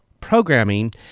programming